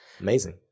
Amazing